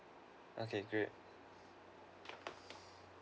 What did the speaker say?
okay great